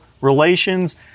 relations